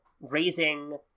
raising